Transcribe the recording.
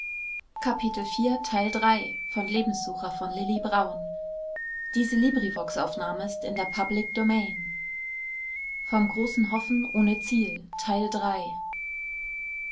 kapitel vom großen hoffen ohne ziel